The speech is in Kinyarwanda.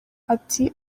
ati